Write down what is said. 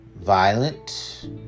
Violent